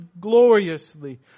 gloriously